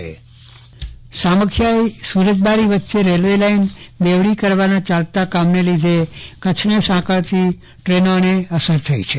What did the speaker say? ચંદ્રવદન પટ્ટણી ટ્ટેનોને અસર સામખીયાળી સુરજરબારી વચ્ચે રેલ્વે લાઈન બેવડી કરવાનાચાલતા કામને લીધે કચ્છને સાંકળતી ટ્રેનોને અસર થઈ છે